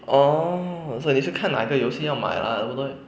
orh so 你是要看哪一个游戏要买 lah 对不对